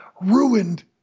ruined